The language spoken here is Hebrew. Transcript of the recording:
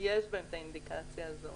יש בהם את האינדיקציה הזאת,